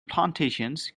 plantations